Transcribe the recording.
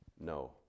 No